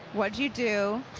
what did you do?